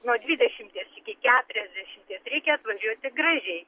nuo dvidešimies iki keturiasdešimies reikia atvažiuoti gražiai